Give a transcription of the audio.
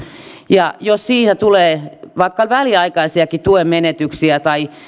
ja jos tulee vaikka väliaikaisiakin tuen menetyksiä tai